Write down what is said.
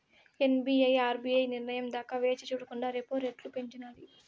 SBI RBI నిర్నయం దాకా వేచిచూడకండా రెపో రెట్లు పెంచినాది